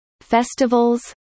festivals